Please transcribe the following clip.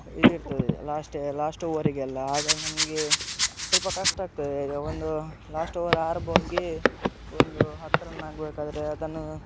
ಇದು ಇರ್ತದೆ last last ಓವರಿಗೆಲ್ಲ ಆಗ ನಮಗೆ ಸ್ವಲ್ಪ ಕಷ್ಟ ಆಗ್ತದೆ ಈಗ ಒಂದು ಲಾಸ್ಟ್ ಓವರ್ ಆರು ಬಾಲಿಗೆ ಒಂದು ಹತ್ತು ರನ್ ಆಗಬೇಕಾದ್ರೆ ಅದನ್ನು